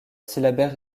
syllabaire